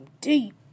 deep